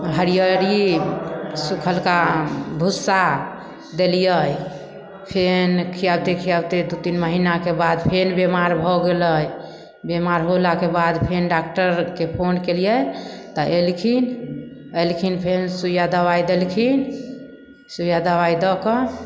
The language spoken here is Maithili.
हरियरी सुखेलका भुस्सा देलियै फेन खियौते खियौते दू तीन महीनाके बाद फेन बीमार हो गेलै बीमार होलाके बाद फेन डॉक्टरके फोन कयलियै तऽ अयलखिन अयलखिन फेन सुइया दबाइ देलखिन सुइया दबाइ दऽ कऽ